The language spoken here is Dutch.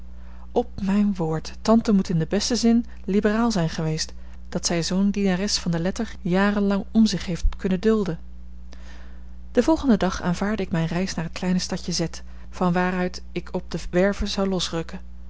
op mijn woord tante moet in den besten zin liberaal zijn geweest dat zij zoo'n dienares van de letter jarenlang om zich heeft kunnen dulden den volgenden dag aanvaardde ik mijne reis naar het kleine stadje z van waar uit ik op de werve zou losrukken